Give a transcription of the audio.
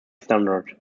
standard